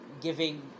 Giving